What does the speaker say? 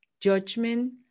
judgment